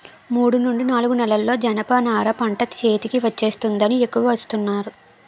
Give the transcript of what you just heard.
మూడు నుండి నాలుగు నెలల్లో జనప నార పంట చేతికి వచ్చేస్తుందని ఎక్కువ ఏస్తున్నాను